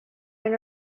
and